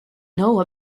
know